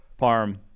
Parm